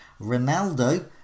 Ronaldo